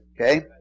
Okay